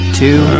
two